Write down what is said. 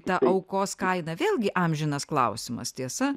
ta aukos kaina vėlgi amžinas klausimas tiesa